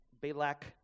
Balak